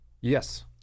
Yes